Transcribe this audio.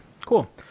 cool